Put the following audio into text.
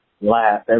laugh